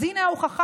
אז הינה ההוכחה: